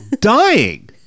dying